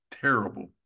terrible